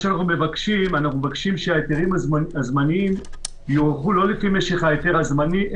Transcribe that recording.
אנחנו מבקשים שההיתרים הזמניים יוארכו לא לפי משך ההיתר הזמני,